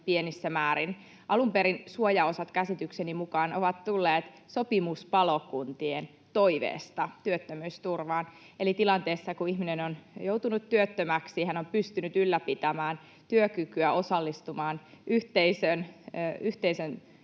pienissä määrin. Alun perin suojaosat käsitykseni mukaan ovat tulleet työttömyysturvaan sopimuspalokuntien toiveesta, eli tilanteessa, kun ihminen on joutunut työttömäksi, hän on pystynyt ylläpitämään työkykyä, osallistumaan yhteiseen